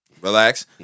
Relax